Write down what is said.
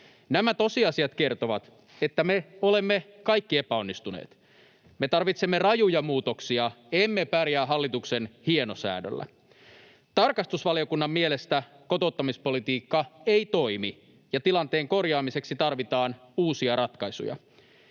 Nämä tosiasiat kertovat, että me olemme kaikki epäonnistuneet. Me tarvitsemme rajuja muutoksia, emme pärjää hallituksen hienosäädöllä. Tarkastusvaliokunnan mielestä kotouttamispolitiikka ei toimi ja tilanteen korjaamiseksi tarvitaan uusia ratkaisuja.